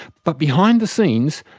but behind the scenes,